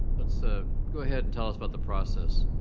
let's ah go ahead and tell us about the process.